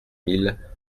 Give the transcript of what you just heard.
mille